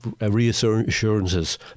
Reassurances